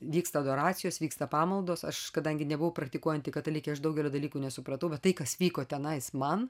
vyksta adoracijos vyksta pamaldos aš kadangi nebuvau praktikuojanti katalikė aš daugelio dalykų nesupratau bet tai kas vyko tenais man